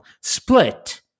split